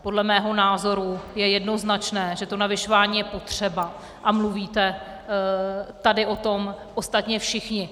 Podle mého názoru je jednoznačné, že to navyšování je potřeba, a mluvíte tady o tom ostatně všichni.